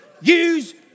Use